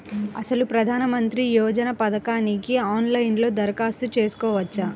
అసలు ప్రధాన మంత్రి యోజన పథకానికి ఆన్లైన్లో దరఖాస్తు చేసుకోవచ్చా?